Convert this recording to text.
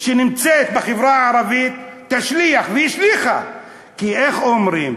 של החברה הערבית תשליך, והשליכה, כי איך אומרים: